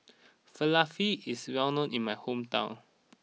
Falafel is well known in my hometown